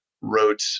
wrote